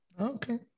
okay